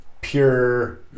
pure